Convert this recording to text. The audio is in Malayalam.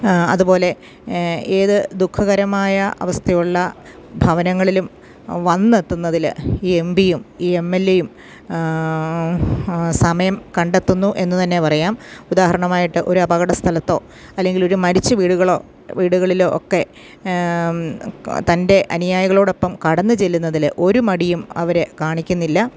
അതുപോലെ ഏതു ദുഃഖകരമായ അവസ്ഥയുള്ള ഭവനങ്ങളിലും വന്നെത്തുന്നതിൽ ഈ എം ബിയും ഈ എം എൽ എയും സമയം കണ്ടെത്തുന്നു എന്നുതന്നെ പറയാം ഉദാഹരണമായിട്ട് ഒരു അപകട സ്ഥലത്തോ അല്ലെങ്കിൽ ഒരു മരിച്ച വീടുകളോ വീടുകളിലോ ഒക്കെ തൻ്റെ അനുയായികളോടൊപ്പം കടന്നു ചെല്ലുന്നതിൽ ഒരു മടിയും അവർ കാണിക്കുന്നില്ല